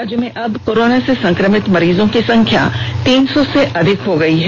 राज्य में अब कोरोना से संक्रमित मरीजों की संख्या तीन सौ से अधिक हो गयी है